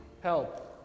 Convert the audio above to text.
Help